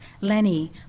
Lenny